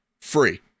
free